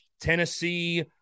Tennessee